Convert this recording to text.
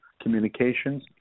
communications